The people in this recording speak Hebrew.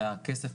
והכסף,